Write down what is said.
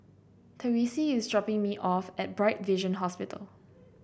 Therese is dropping me off at Bright Vision Hospital